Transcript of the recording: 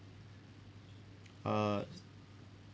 uh